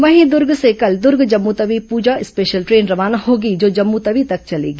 वहीं दुर्ग से कल दुर्ग जम्मूतवी पूजा स्पेशल ट्रेन रवाना होगी जो जम्मूतवी तक चलेगी